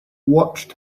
watched